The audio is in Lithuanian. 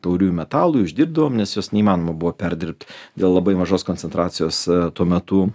tauriųjų metalų uždirbdavom nes jos neįmanoma buvo perdirbti dėl labai mažos koncentracijos tuo metu